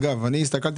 אגב, אנחנו נלחמנו